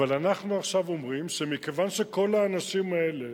אבל אנחנו עכשיו אומרים שמכיוון שכל האנשים האלה